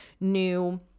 new